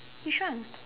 which one